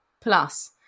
Plus